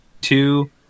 two